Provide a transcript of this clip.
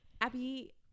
Abby